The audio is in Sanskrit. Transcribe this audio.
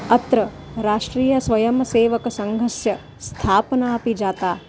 अत्र राष्ट्रीयस्वयंसेवकसङ्घस्य स्थापनापि जाता